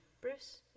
Bruce